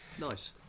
nice